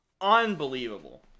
Unbelievable